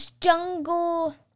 jungle